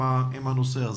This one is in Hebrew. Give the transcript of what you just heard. עם הנושא הזה.